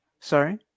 Sorry